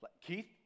Keith